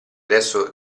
adesso